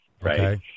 Right